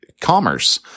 commerce